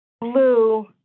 blue